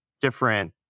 different